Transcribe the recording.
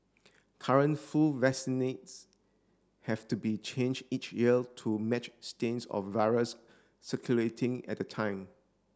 current flu vaccinates have to be changed each year to match stains of virus circulating at the time